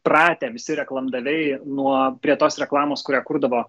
pratę visi reklamdaviai nuo prie tos reklamos kurią kurdavo